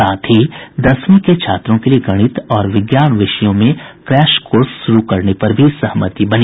साथ ही दसवीं के छात्रों के लिए गणित और विज्ञान विषयों में क्रैश कोर्स शुरू करने पर भी सहमति बनी